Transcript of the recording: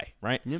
right